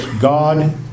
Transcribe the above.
God